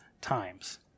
times